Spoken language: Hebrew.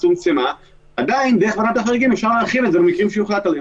כשסגרו עסקים וסגרו אולמות אירועים ואנשים ביטלו אירועים